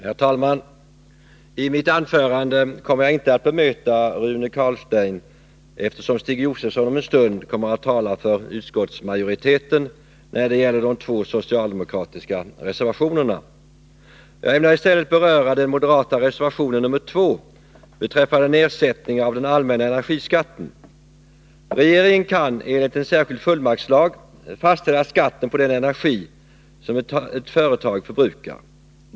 Herr talman! I mitt anförande kommer jag inte att bemöta Rune Carlstein, eftersom Stig Josefson om en stund kommer att tala för utskottsmajoriteten när det gäller de två socialdemokratiska reservationerna. Jag ämnar i stället beröra den moderata reservationen nr 2 beträffande nedsättning av den allmänna energiskatten. Regeringen kan enligt en särskild fullmaktslag fastställa skatten på den energi som ett företag förbrukar.